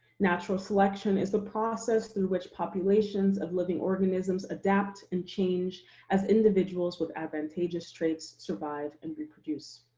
natural selection is the process through which populations of living organisms adapt and change as individuals with advantageous traits survive and reproduce.